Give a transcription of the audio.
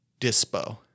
dispo